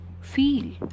feel